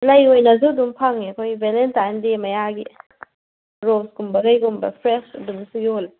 ꯂꯩ ꯑꯣꯏꯅꯁꯨ ꯑꯗꯨꯝ ꯐꯪꯉꯦ ꯑꯩꯈꯣꯏ ꯕꯦꯂꯦꯟꯇꯥꯏꯟ ꯗꯦ ꯃꯌꯥꯒꯤ ꯔꯣꯁ ꯀꯨꯝꯕ ꯀꯩꯒꯨꯝꯕ ꯐ꯭ꯔꯦꯁ ꯑꯗꯨꯝꯁꯨ ꯌꯣꯜꯂꯦ